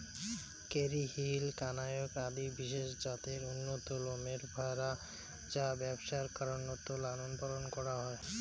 Kerry Hill, কানায়াক আদি বিশেষ জাতের উন্নত লোমের ভ্যাড়া যা ব্যবসার কারণত লালনপালন করাং হই